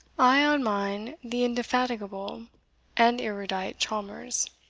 i, on mine, the indefatigable and erudite chalmers.